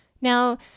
Now